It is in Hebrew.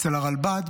אצל הרלב"ד,